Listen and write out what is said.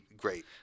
great